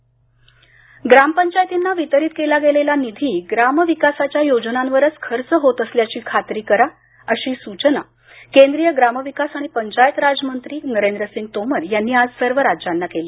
योजना खर्च ग्रामपंचायतींना वितरीत केला गेलेला निधी ग्राम विकासाच्या योजनांवरच खर्च होत असल्याची खातरी करा अशी सूचना केंद्रीय ग्राम विकास आणि पंचायत राज मंत्री नरेंद्र सिंग तोमर यांनी आज सर्व राज्यांना केली